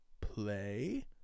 play